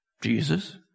Jesus